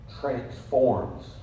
transforms